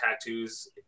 tattoos